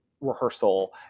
rehearsal